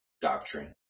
doctrine